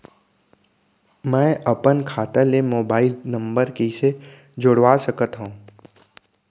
मैं अपन खाता ले मोबाइल नम्बर कइसे जोड़वा सकत हव?